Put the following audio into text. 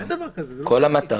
אין דבר כזה, זה לא חוקי.